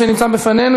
שנמצא בפנינו,